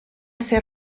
ser